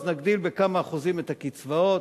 אז נגדיל בכמה אחוזים את הקצבאות,